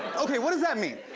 okay, what does that mean?